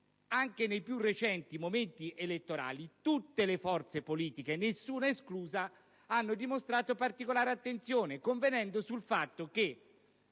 anche nei più recenti momenti elettorali tutte le forze politiche, nessuna esclusa, hanno dimostrato particolare attenzione convenendo sul fatto che